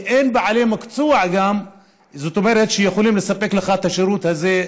גם כי אין בעלי מקצוע שיכולים לספק לך את השירות הזה,